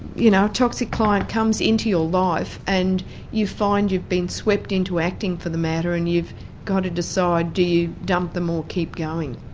you know toxic client comes into your life and you find you've been swept into acting for the matter and you've got to decide do you dump them or keep going?